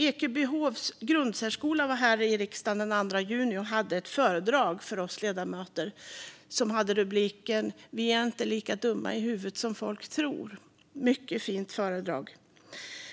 Ekebyhovs grundsärskola var här i riksdagen den 2 juni och höll ett föredrag för oss ledamöter med rubriken "Vi är inte lika dumma i huvudet som folk tror" - ett mycket fint föredrag.